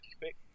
quick